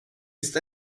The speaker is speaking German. ist